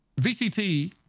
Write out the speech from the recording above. vct